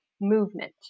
movement